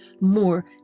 more